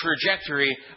trajectory